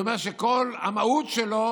זה אומר שכל המהות שלו